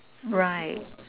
right